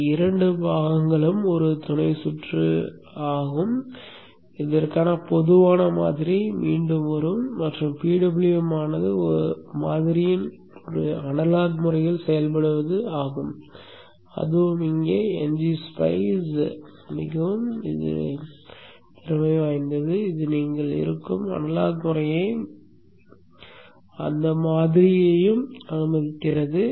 இந்த இரண்டு பாகங்களும் ஒரு துணை சுற்று ஆகும் இதற்கான பொதுவான மாதிரி மீண்டும் வரும் மற்றும் PWM ஆனது மாதிரியின் ஒரு அனலாக் முறையில் செயல்படுவது ஆகும் அதுவும் இங்கே வரும் ngSpice மிகவும் சக்தி வாய்ந்தது இது நீங்கள் இருக்கும் அனலாக் முறை மாதிரியையும் அனுமதிக்கிறது